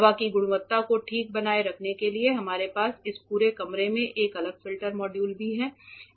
हवा की गुणवत्ता को ठीक बनाए रखने के लिए हमारे पास इस पूरे कमरे में एक अलग फिल्टर मॉड्यूल भी हैं